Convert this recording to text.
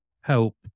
help